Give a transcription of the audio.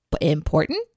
important